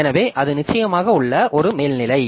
எனவே அது நிச்சயமாக உள்ள ஒரு மேல்நிலை